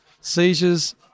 Seizures